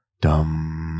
Dumb